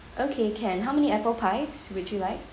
okay can how many apple pies would you like